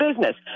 business